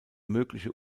mögliche